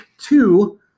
two